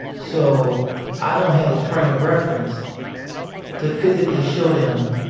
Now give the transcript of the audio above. so i don't have a point of reference to physically show them.